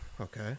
okay